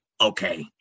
okay